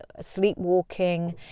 sleepwalking